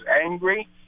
angry